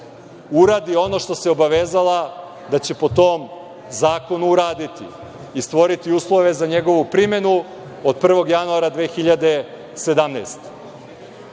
uradi ono što se obavezala da će, po tom zakonu, uraditi i stvoriti uslove za njegovu primenu od 1. januara 2017.